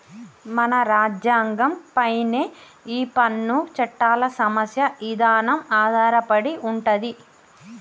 మన రాజ్యంగం పైనే ఈ పన్ను చట్టాల సమస్య ఇదానం ఆధారపడి ఉంటది